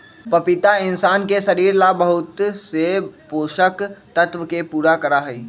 पपीता इंशान के शरीर ला बहुत से पोषक तत्व के पूरा करा हई